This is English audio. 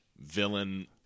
villain